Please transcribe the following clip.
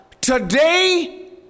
Today